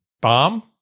Bomb